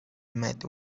met